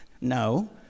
No